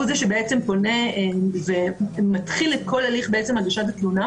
זה שפונה ומתחיל את הליך הגשת התלונה,